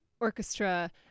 orchestra